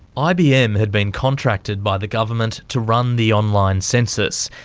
ibm had been contracted by the government to run the online census,